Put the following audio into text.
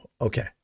okay